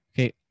Okay